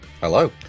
hello